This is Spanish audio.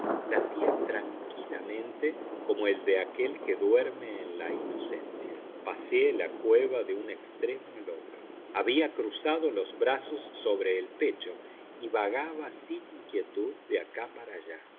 corazón latía tranquilamente como el de aquel que duerme en la inocencia paseé la cueva de un extremo al otro había cruzado los brazos sobre el pecho y vagaba sin inquietud de acá para allá